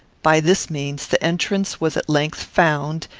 by this means, the entrance was at length found,